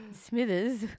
Smithers